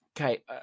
okay